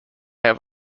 have